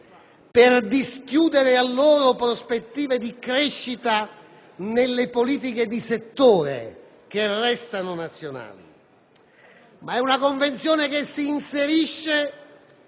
per dischiudere a loro prospettive di crescita nelle politiche di settore, che restano nazionali. Essa si inserisce